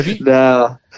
No